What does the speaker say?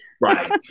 Right